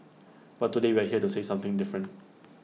but today we're here to say something different